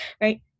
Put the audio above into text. right